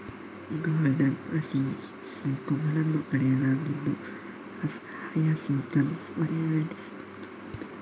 garden ಹಸಿಯಸಿಂತುಗಳನ್ನು ಪಡೆಯಲಾಗಿದ್ದು hyacinthus, orientalis ಮತ್ತು ಜನಪ್ರಿಯ ವಸಂತ ಅಲಂಕಾರಿಕಗಳಾಗಿವೆ